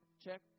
check